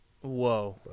Whoa